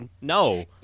no